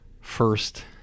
first